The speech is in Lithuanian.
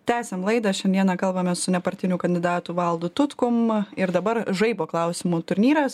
tęsiame laid šiandieną kalbame su nepartiniu kandidatu valdu tutkum ir dabar žaibo klausimų turnyras